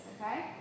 okay